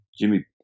Jimmy